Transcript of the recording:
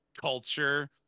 culture